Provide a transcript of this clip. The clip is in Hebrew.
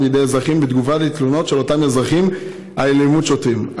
בידי אזרחים בתגובה לתלונות של אותם אזרחים על אלימות שוטרים".